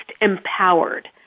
empowered